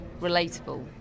relatable